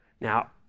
Now